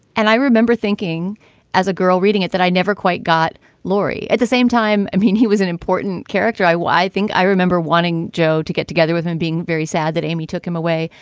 and i remember thinking as a girl reading it that i never quite got lori at the same time. i mean, he was an important character, i think. i remember wanting joe to get together with him, being very sad that amy took him away,